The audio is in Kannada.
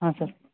ಹಾಂ ಸರ್